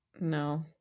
no